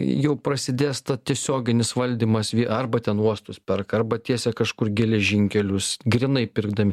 jau prasidės tiesioginis valdymas arba ten uostus perka arba tiesia kažkur geležinkelius grynai pirkdami